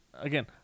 again